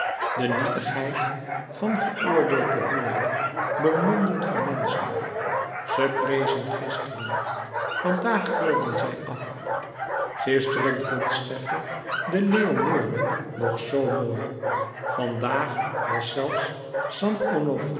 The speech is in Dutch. de nietigheid van geoordeeld te worden door monden van menschen ze prezen gisteren vandaag keurden zij af gisteren vond scheffer de leonore nog zoo mooi vandaag was zelfs